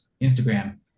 Instagram